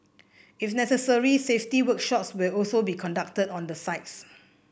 if necessary safety workshops will also be conducted on the sites